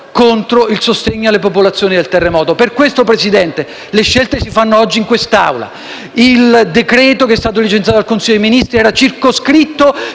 contro il sostegno alle popolazioni del terremoto. Signor Presidente, le scelte si fanno oggi in quest'Assemblea. Il decreto-legge licenziato dal Consiglio Ministri era circoscritto,